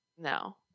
No